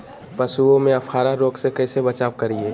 पशुओं में अफारा रोग से कैसे बचाव करिये?